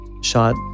shot